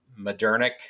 modernic